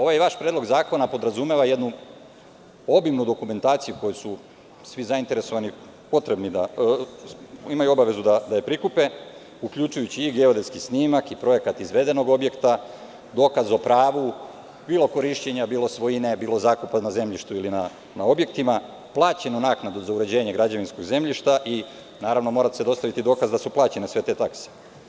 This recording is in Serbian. Ovaj vaš predlog zakona podrazumeva jednu obimnu dokumentaciju koju svi zainteresovani imaju potrebu da prikupe, uključujući i geodetski snimak, projekat izvedenog objekta, dokaz o pravu bilo korišćenja, bilo svojine, bilo zakupa na zemljištu i na objektima, plaćenu naknadu za uređenje građevinskog zemljišta i naravno, mora se dostaviti dokaz da su plaćene sve te takse.